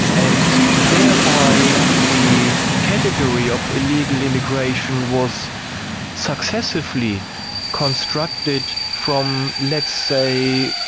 and thereby the category of illegal immigration was successively constructed from, let's say,